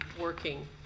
working